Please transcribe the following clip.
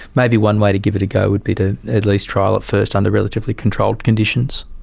maybe one way to give it a go would be to at least trial it first under relatively controlled conditions,